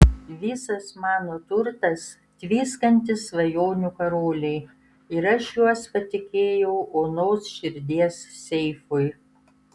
visas mano turtas tviskantys svajonių karoliai ir aš juos patikėjau onos širdies seifui